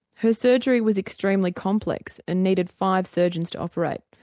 her surgery was extremely complex and needed five surgeons to operate.